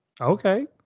Okay